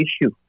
issue